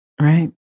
Right